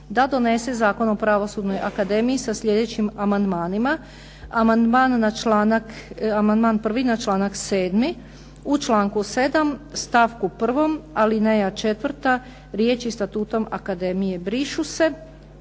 da donese Zakon o Pravosudnoj akademiji sa sljedećim amandmanima; Amandman 1. na članak 7. u članku 7., stavku 1. alineja 4. riječi statuom akademije brišu se